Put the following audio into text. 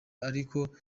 ariko